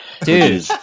Dude